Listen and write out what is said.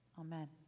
Amen